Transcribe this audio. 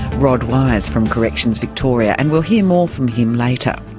rod wise, from corrections victoria. and we'll hear more from him later.